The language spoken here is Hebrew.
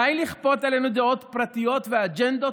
די לכפות עלינו דעות פרטיות ואג'נדות